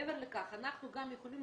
מעבר לכך, אנחנו גם יכולים